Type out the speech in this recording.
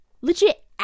Legit